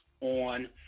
on